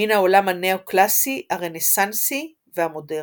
מן העולם הנאו-קלאסי, הרנסאנסי והמודרני.